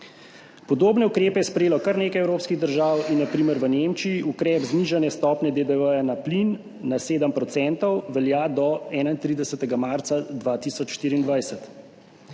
Podobne ukrepe je sprejelo kar nekaj evropskih držav in na primer v Nemčiji ukrep znižanja stopnje DDV na plin na 7 % velja do 31. marca 2024.